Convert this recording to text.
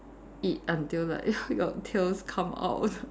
eat until like your your tails come out